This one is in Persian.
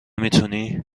میتونی